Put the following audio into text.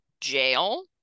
jail